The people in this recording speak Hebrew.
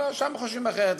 שם חושבים אחרת.